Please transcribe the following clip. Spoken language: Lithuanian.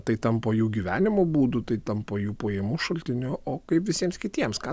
tai tampa jų gyvenimo būdu tai tampa jų pajamų šaltiniu o kaip visiems kitiems ką